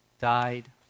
died